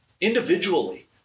Individually